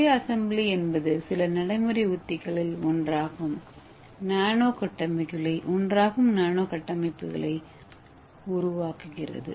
சுய அசெம்பிளி என்பது சில நடைமுறை உத்திகளில் ஒன்றாகும் நானோ கட்டமைப்புகளை உருவாக்குகிறது